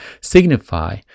signify